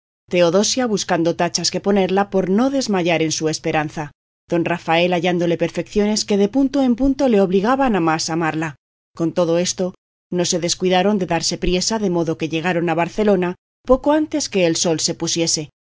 teodosia buscando tachas que ponerla por no desmayar en su esperanza don rafael hallándole perfecciones que de punto en punto le obligaban a más amarla con todo esto no se descuidaron de darse priesa de modo que llegaron a barcelona poco antes que el sol se pusiese